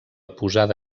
posada